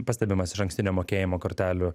pastebimas išankstinio mokėjimo kortelių